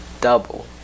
Double